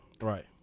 Right